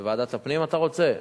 בוועדת הפנים אתה רוצה?